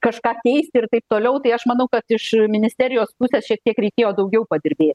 kažką keisti ir taip toliau tai aš manau kad iš ministerijos pusės šiek tiek reikėjo daugiau padirbėti